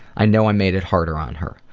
i know i made it harder on her.